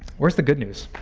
where's the good news?